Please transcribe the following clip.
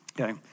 Okay